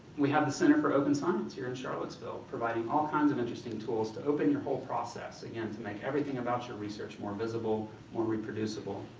we have the center for open science here in charlottesville, providing all kinds of interesting tools to open your whole process, again, to make everything about your research more visible, more reproducible.